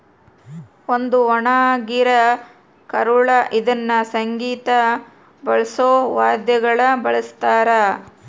ಒಂದು ಒಣಗಿರ ಕರಳು ಇದ್ನ ಸಂಗೀತ ಬಾರ್ಸೋ ವಾದ್ಯಗುಳ ಬಳಸ್ತಾರ